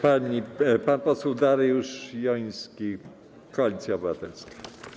Pan poseł Dariusz Joński, Koalicja Obywatelska.